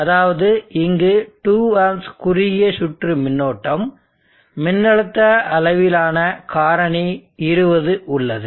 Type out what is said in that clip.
அதாவது இங்கு 2 ஆம்ப்ஸ் குறுகிய சுற்று மின்னோட்டம் மின்னழுத்த அளவிலான காரணி 20 உள்ளது